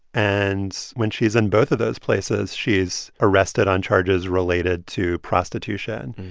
and when she's in both of those places, she is arrested on charges related to prostitution.